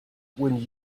when